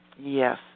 Yes